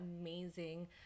amazing